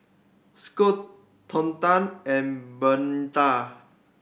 Scottie Tonda and Bernetta